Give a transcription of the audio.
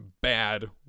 bad